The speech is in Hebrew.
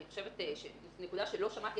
אני חושבת שיש נקודה שלא שמעתי